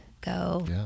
go